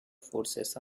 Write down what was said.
forces